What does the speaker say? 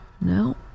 No